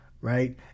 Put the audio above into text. right